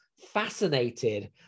fascinated